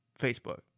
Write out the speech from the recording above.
Facebook